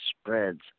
spreads